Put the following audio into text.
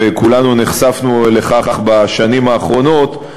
וכולנו נחשפנו לכך בשנים האחרונות,